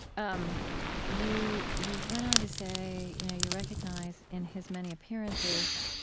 um you you went on to say you know you recognize in his many appearances